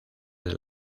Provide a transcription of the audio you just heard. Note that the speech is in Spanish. del